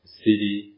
city